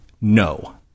no